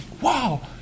wow